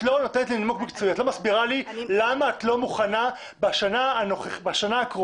את לא מסבירה לי למה את לא מוכנה בשנה הקרובה